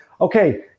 Okay